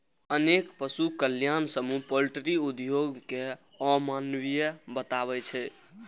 अनेक पशु कल्याण समूह पॉल्ट्री उद्योग कें अमानवीय बताबै छै